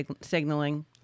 signaling